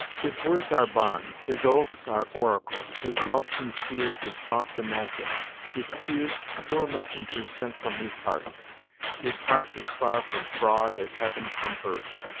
his words are bonds, his oaths are oracles his love sincere, his thoughts immaculate his tears pure messengers sent from his heart his heart as far from fraud as heaven from earth.